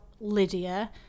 lydia